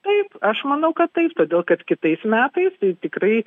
taip aš manau kad taip todėl kad kitais metais tikrai